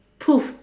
poof